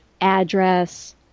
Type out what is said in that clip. address